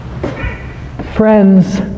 Friends